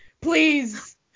please